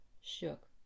shook